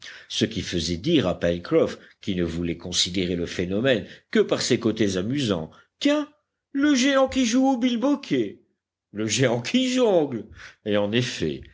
ce qui faisait dire à pencroff qui ne voulait considérer le phénomène que par ses côtés amusants tiens le géant qui joue au bilboquet le géant qui jongle et en effet